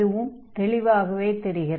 அதுவும் தெளிவாகவே தெரிகிறது